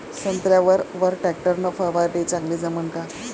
संत्र्यावर वर टॅक्टर न फवारनी चांगली जमन का?